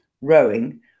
rowing